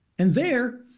and there,